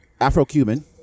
Afro-Cuban